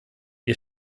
wir